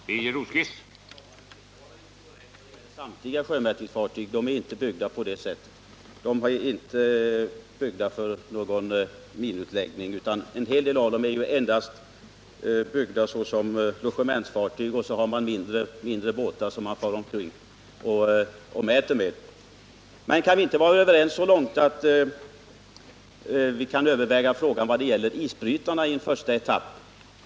Herr talman! Alla sjömätningsfartyg är inte byggda för minutläggning. En hel del av dem är endast byggda såsom logementsfartyg, och sedan har man mindre båtar som man mäter från. Kan vi inte vara överens så långt att vi kan överväga en ändring beträffande isbrytarna i en första etapp?